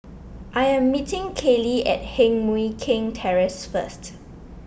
I am meeting Kaylie at Heng Mui Keng Terrace first